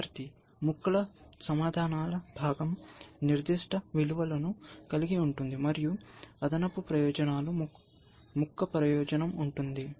విద్యార్థి ముక్కల సమాధానాల భాగం నిర్దిష్ట విలువను కలిగి ఉంటుంది మరియు అదనపు ప్రయోజనాలు ముక్క ప్రయోజనం ఉంటుంది